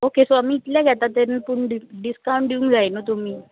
okay so आमी इतले घेता तेन्ना पूण डि डिसकावंट दिवंक जाय न्हू तुमी